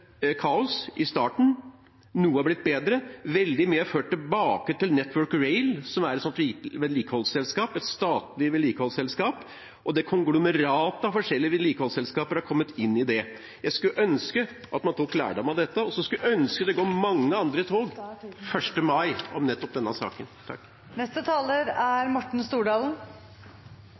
kaos i starten. Noe er blitt bedre, veldig mye er ført tilbake til Network Rail, som er et statlig vedlikeholdsselskap, og konglomeratet av forskjellige vedlikeholdsselskaper har kommet inn i det. Jeg skulle ønske at man tok lærdom av dette, og så skulle jeg ønske det går mange andre tog 1. mai om nettopp denne saken.